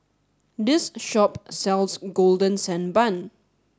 this shop sells Golden Sand Bun